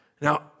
Now